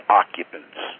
occupants